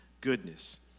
goodness